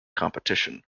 competition